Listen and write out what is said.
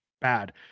bad